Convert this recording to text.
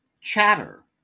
Chatter